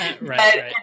right